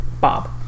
Bob